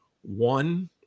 one